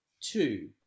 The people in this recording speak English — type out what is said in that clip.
two